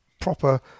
proper